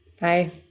Bye